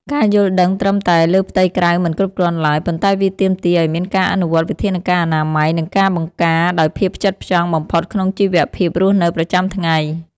ការយល់ដឹងត្រឹមតែលើផ្ទៃក្រៅមិនគ្រប់គ្រាន់ឡើយ ប៉ុន្តែវាទាមទារឱ្យមានការអនុវត្តវិធានការអនាម័យ និងការបង្ការដោយភាពផ្ចិតផ្ចង់បំផុតក្នុងជីវភាពរស់នៅប្រចាំថ្ងៃ។